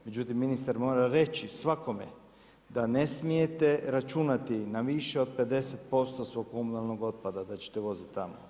Međutim, ministar mora reći svakome da ne smijete računati na više od 50% svog komunalnog otpada da ćete vozit tamo.